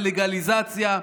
בלגליזציה.